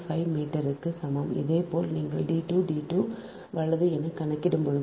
5 மீட்டருக்கு சமம் அதேபோல் நீங்கள் d 2 d 2 வலது என கணக்கிடும் போது